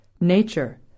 nature